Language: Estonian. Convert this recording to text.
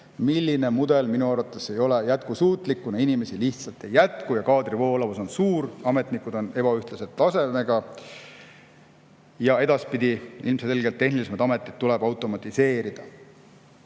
See mudel minu arvates ei ole jätkusuutlik, kuna inimesi lihtsalt ei jätku ja kaadri voolavus on suur. Ametnike tase on ebaühtlane ja edaspidi ilmselgelt tehnilisemad ametid tuleb automatiseerida.